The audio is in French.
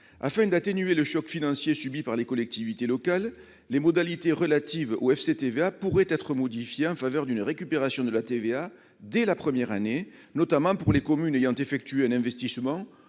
Afin d'atténuer le choc financier subi par les collectivités locales, les modalités relatives au versement du FCTVA pourraient être modifiées pour permettre une récupération de la TVA dès la première année, notamment pour les communes ayant effectué un investissement